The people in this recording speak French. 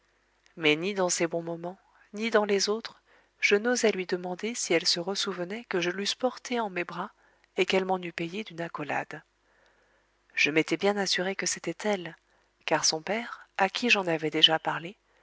mais ni dans ses bons moments ni dans les autres je n'osai lui demander si elle se ressouvenait que je l'eusse portée en mes bras et qu'elle m'en eût payé d'une accolade je m'étais bien assuré que c'était elle car son père à qui j'en avais déjà parlé